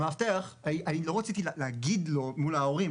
לא רציתי להגיד למאבטח מול ההורים,